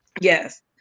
yes